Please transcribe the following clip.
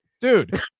Dude